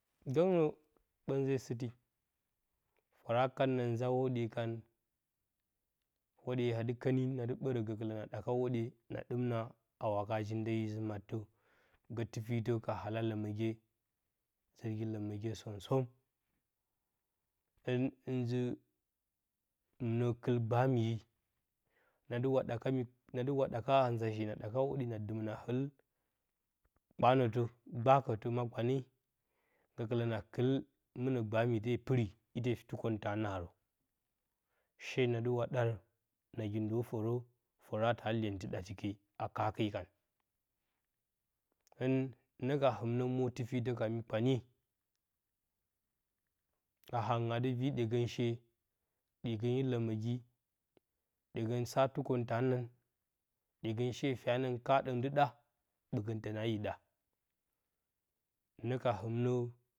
Gəngnə ɓə nze sɨti fəra kat na nza hwoɓye kan, hwoɗye a dɨ kəni na dɨ ɓərə gəkɨlə na ɗaka hwoɗye, na ɗɨm na a waka zɨ ndeyi zu mattə gə tifitə ala ləməgye, zərgi ləməgye som som. ɨ ɨ nzu nə kɨl gbaamiye na dɨ wa ɗaka mi, na dɨ wa ɗaka haa nza shi na ɗaka hwoɗye na dɨmə na ɨl kpanətə, gbakətɨ ma kpane gəkɨlə na kɨl mɨnə gbaamite pɨri ite tukəng taa naarə. Shee na dɨ wa ɗa nagi ndo fərə, fəra taa lyentɨ ɗati ke a kaake kan. Hɨn nhɨnə ka hɨmnə mwo tifitə ka mi kpanye, ka hangɨn a dɨ vi ɗyegənshe, ɗyegən i ləməgi, ɗyegən sa tukong taa nan, ɗyegənshe fiyanəng kaaɗəng dɨ ɗa, ɓəgəng tən aayə ɗa. Hɨnə ka hɨmnə